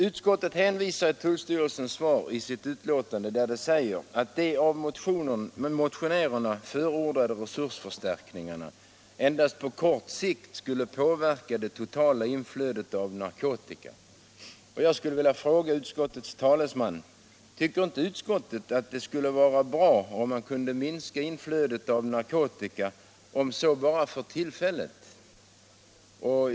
Utskottet hänvisar i sitt betänkande till tullstyrelsens svar, där det sägs att de av motionärerna förordade resursförstärkningarna endast på kort sikt skulle påverka det totala inflödet av narkotika. Jag skulle vilja fråga utskottets talesman: Tycker inte utskottet att det skulle vara bra om man kunde minska inflödet av narkotika om så bara för tillfället?